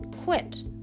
quit